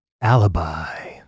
alibi